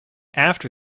after